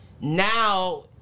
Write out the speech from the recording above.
now